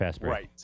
Right